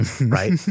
right